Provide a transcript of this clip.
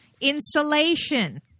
Insulation